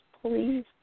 please